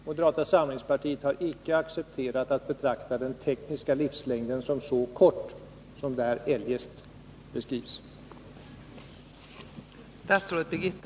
Moderata samlingspartiet har icke accepterat att betrakta den tekniska livslängden som så kort som där eljest beskrivs.